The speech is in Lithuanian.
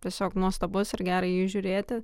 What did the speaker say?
tiesiog nuostabus ir gera į jį žiūrėti